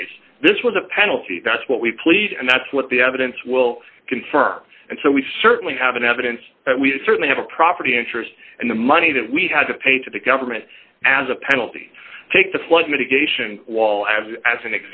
case this was a penalty that's what we please and that's what the evidence will confirm and so we certainly have an evidence that we certainly have a property interest and the money that we had to pay to the government as a penalty take the flood mitigation wall have as an